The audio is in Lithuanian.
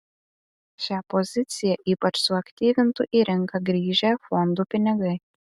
šią poziciją ypač suaktyvintų į rinką grįžę fondų pinigai